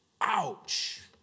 Ouch